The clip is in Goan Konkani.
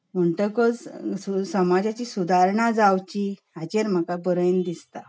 म्हणटकच समाजाची सुदारणां जावची हाचेर म्हाका बरयन दिसता